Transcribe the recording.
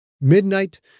Midnight